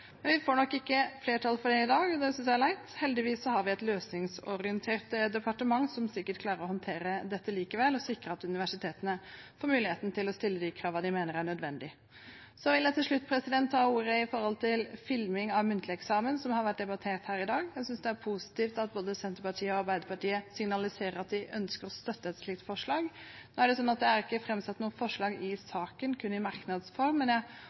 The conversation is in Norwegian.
Vi får nok ikke flertall for det i dag, og det synes jeg er leit. Heldigvis har vi et løsningsorientert departement som sikkert klarer å håndtere dette likevel og sikre at universitetene får mulighet til å stille de kravene de mener er nødvendig. Til slutt vil jeg ta ordet når det gjelder filming av muntlig eksamen, som har vært debattert her i dag. Jeg synes det er positivt at både Senterpartiet og Arbeiderpartiet signaliserer at de ønsker å støtte et slikt forslag. Nå er det sånn at det er ikke framsatt noe forslag i saken, kun i